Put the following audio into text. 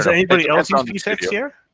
ah anybody else and um use p-techs here?